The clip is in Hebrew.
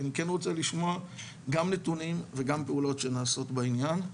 אני כן רוצה לשמוע גם נתונים וגם פעולות שנעשות בעניין,